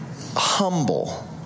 humble